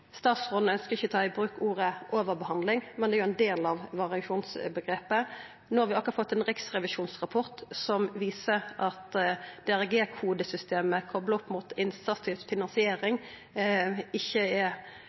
Statsråden ønskjer ikkje å ta i bruk ordet overbehandling, men det er jo ein del av variasjonsomgrepet. No har vi akkurat fått ein riksrevisjonsrapport som viser at DRG-kodesystemet kopla opp mot innsatsstyrt finansiering, IFS, ifølgje Riksrevisjonen ikkje er